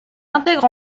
intègre